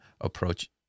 approach